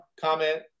comment